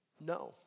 No